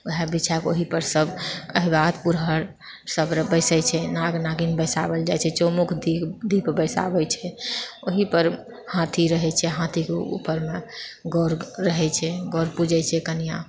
ओएह बिछाके ओहि पर सभ अहिबात पुरहर सभ बैसैत छै नाग नागिन बैसाओल जाइत छै चौमुख दीप दीप बैसाबैत छै ओहि पर हाथी रहैत छै हाथीके उपरमे गौर रहैत छै गौर पूजैत छै कनियाँ